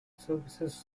services